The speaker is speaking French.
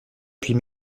puis